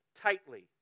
tightly